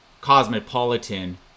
cosmopolitan